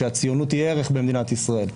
שהציונות היא ערך במדינת ישראל,